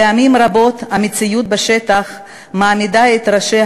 פעמים רבות המציאות בשטח מעמידה את ראשי